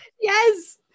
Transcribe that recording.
Yes